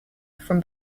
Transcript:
from